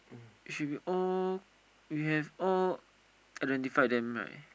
it should be all we have all identified them right